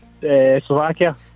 Slovakia